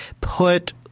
Put